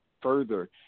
further